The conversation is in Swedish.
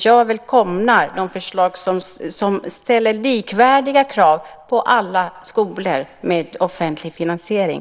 Jag välkomnar förslag som ställer likvärdiga krav på alla skolor med offentlig finansiering.